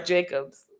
Jacobs